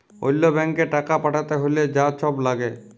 অল্য ব্যাংকে টাকা পাঠ্যাতে হ্যলে যা ছব ল্যাগে